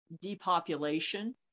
Depopulation